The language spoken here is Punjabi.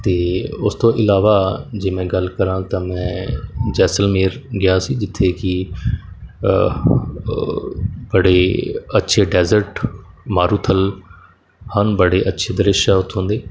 ਅਤੇ ਉਸ ਤੋਂ ਇਲਾਵਾ ਜੇ ਮੈਂ ਗੱਲ ਕਰਾਂ ਤਾਂ ਮੈਂ ਜੈਸਲਮੇਰ ਗਿਆ ਸੀ ਜਿੱਥੇ ਕਿ ਬੜੇ ਅੱਛੇ ਡੈਜੇਟ ਮਾਰੂਥਲ ਹਨ ਬੜੇ ਅੱਛੇ ਦ੍ਰਿਸ਼ ਹੈ ਉੱਥੋਂ ਦੇ